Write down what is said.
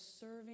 serving